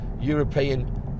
European